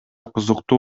кызыктуу